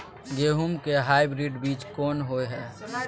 गेहूं के हाइब्रिड बीज कोन होय है?